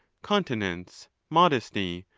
continence, modesty,